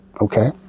okay